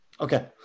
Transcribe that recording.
Okay